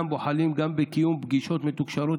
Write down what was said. אינם בוחלים גם בקיום פגישות מתוקשרות